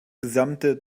gesamte